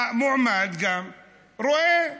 המועמד רואה: